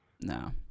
No